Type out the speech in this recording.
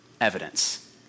evidence